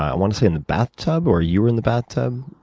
i want to say in the bathtub, or you were in the bathtub?